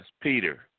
Peter